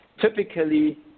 Typically